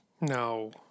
No